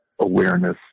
awareness